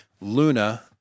Luna